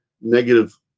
negative